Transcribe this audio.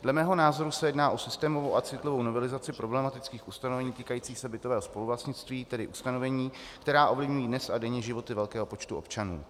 Dle mého názoru se jedná o systémovou a citlivou novelizaci problematických ustanovení týkajících se bytového spoluvlastnictví, tedy ustanovení, která ovlivňují dnes a denně životy velkého počtu občanů.